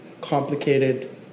complicated